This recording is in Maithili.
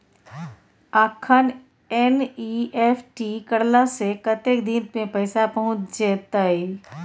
अखन एन.ई.एफ.टी करला से कतेक दिन में पैसा पहुँच जेतै?